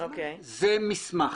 זה מסמך.